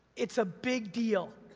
it's a big deal,